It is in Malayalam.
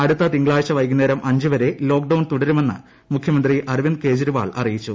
അടുത്ത തിങ്കളാഴ്ച വൈകുന്നേരം അഞ്ചു വരെ ലോക്ഡൌൺ തുടരുമെന്ന് മുഖ്യമന്ത്രി അരവിന്ദ് കെജ്രിവാൾ അറിയിച്ചു